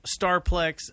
starplex